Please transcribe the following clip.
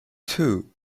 two